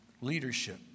leadership